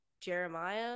Jeremiah